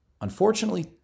unfortunately